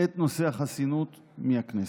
את נושא החסינות מהכנסת.